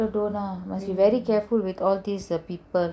better don't ah must be very careful with all these people